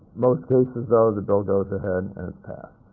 most cases though, the bill goes ahead and